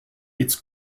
its